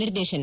ನಿರ್ದೇಶನ